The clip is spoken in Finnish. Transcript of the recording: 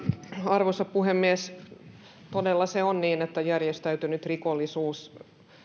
arvoisa puhemies on todella niin että järjestäytynyt rikollisuus